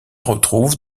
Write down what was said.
retrouve